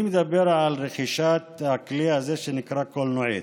אני מדבר על רכישת הכלי הזה שנקרא קלנועית.